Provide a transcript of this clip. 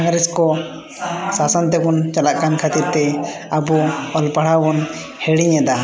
ᱤᱝᱨᱮᱡᱽ ᱠᱚ ᱥᱟᱥᱚᱱ ᱛᱮᱵᱚᱱ ᱪᱟᱞᱟᱜ ᱠᱟᱱ ᱠᱷᱟᱹᱛᱤᱨᱛᱮ ᱟᱵᱚ ᱚᱞ ᱯᱟᱲᱦᱟᱣ ᱵᱚᱱ ᱦᱤᱲᱤᱧᱮᱫᱟ